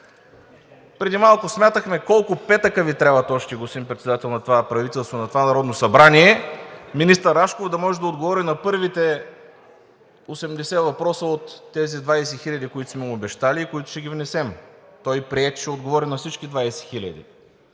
Преди малко смятахме колко петъка Ви трябват още, господин Председател, на това правителство, на това Народно събрание, за да може министър Рашков да отговори на първите 80 въпроса от тези 20 хиляди, които сме му обещали и които ще внесем. Той прие, че ще отговори на всичките 20 хиляди.